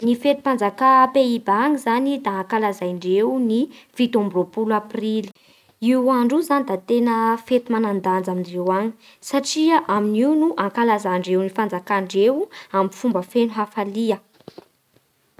Ny fetim-panajaka a Pays-Bas any zany da ankalazandreo ny fito amby roapolo aprily. Io andro io zany da tena fety manan-danja amindreo any satria amin'io no ankalazandreo ny fanjakandreo amin'ny fomba feno hafalia